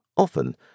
Often